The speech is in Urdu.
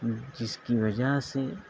جس کی وجہ سے